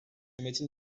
hükümetin